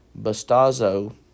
bastazo